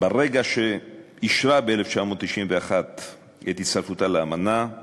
ברגע שאישרה ב-1991 את הצטרפותה לאמנה,